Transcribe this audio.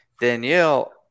Danielle